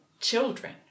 children